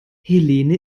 helene